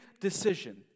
decision